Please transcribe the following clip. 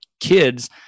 kids